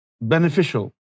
beneficial